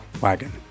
Wagon